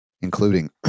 including